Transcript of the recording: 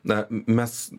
na mes